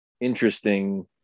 interesting